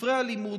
בספרי הלימוד,